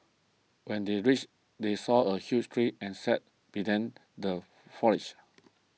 when they reached they saw a huge tree and sat be then the foliage